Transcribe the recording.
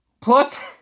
Plus